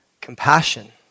compassion